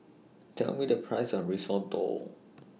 Tell Me The Price of Risotto